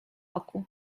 oku